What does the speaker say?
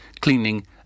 cleaning